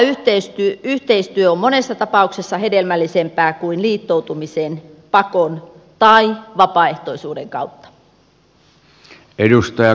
syvä yhteistyö on monessa tapauksessa hedelmällisempää kuin liittoutuminen pakon tai vapaaehtoisuuden kautta